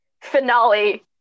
finale